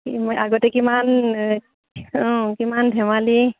কি মই আগতে কিমান অঁ কিমান ধেমালি